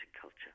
culture